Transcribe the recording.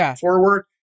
forward